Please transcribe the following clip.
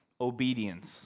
obedience